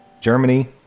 Germany